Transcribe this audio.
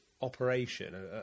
operation